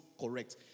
correct